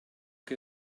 che